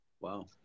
Wow